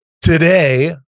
Today